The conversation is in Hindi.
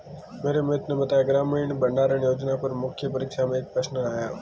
मेरे मित्र ने बताया ग्रामीण भंडारण योजना पर मुख्य परीक्षा में एक प्रश्न आया